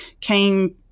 came